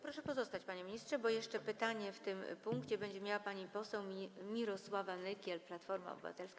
Proszę pozostać, panie ministrze, bo jeszcze pytanie w tym punkcie będzie miała pani poseł Mirosława Nykiel, Platforma Obywatelska.